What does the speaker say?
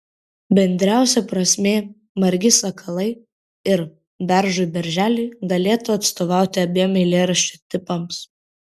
bendriausia prasme margi sakalai ir beržui berželiui galėtų atstovauti abiem eilėraščių tipams